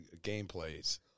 gameplays